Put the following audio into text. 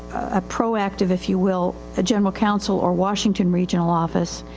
a proactive if you will, a general counsel or washington regional office.